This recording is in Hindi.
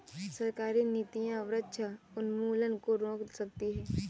सरकारी नीतियां वृक्ष उन्मूलन को रोक सकती है